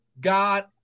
God